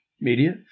media